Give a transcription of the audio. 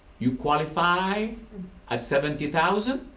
you qualify at seventy thousand